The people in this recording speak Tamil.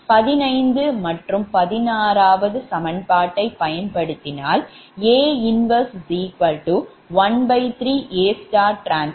15 மற்றும் 16 சமன்பாட்டைப் பயன்படுத்தினால்A 113AT